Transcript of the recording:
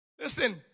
Listen